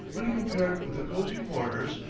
when compared with the cosey quarters,